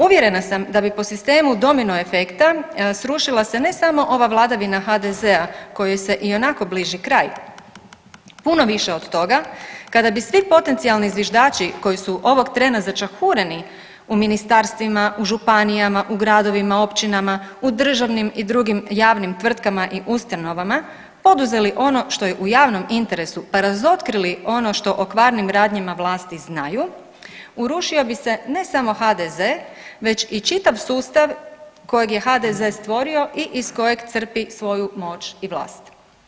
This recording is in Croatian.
Uvjerena sam da bi po sistemu domino efekta srušila se ne samo ova vladavina HDZ-a kojoj se ionako bliži kraj, puno više od toga kada bi svi potencionalni zviždači koji su ovog trena začahureni u ministarstvima, u županijama, u gradovima, općinama, u državnim i drugim javnim tvrtkama i ustanovama poduzeli ono što je u javnom interesu, pa razotkrili ono što o kvarnim radnjama vlasti znaju urušio bi se ne samo HDZ već i čitav sustav kojeg je HDZ stvorio i iz kojeg crpi svoju moć i vlast.